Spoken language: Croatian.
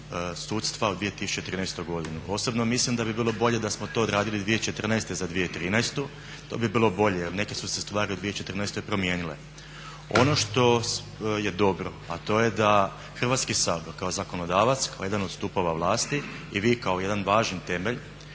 sudstva u 2013.godini. Osobno mislim da bi bilo bolje da smo to odradili 2014.za 2013.to bi bilo bolje jer neke su se stvari u 2014.promijenile. Ono što je dobro, a to je da Hrvatski sabor kao zakonodavac kao jedan od stupova vlasti i vi kao jedan važni temelj